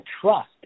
trust